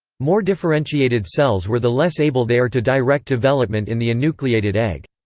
more differentiated cells were the less able they are to direct development in the enucleated egg.